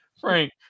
Frank